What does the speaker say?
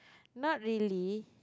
not really